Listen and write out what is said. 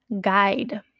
guide